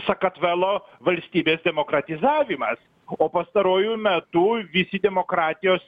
sakartvelo valstybės demokratizavimas o pastaruoju metu visi demokratijos